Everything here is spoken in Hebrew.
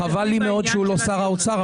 חבל לי מאוד שהוא לא שר האוצר,